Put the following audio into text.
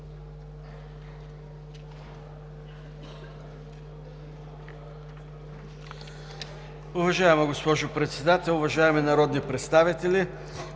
Уважаема госпожо Председател, уважаеми народни представители!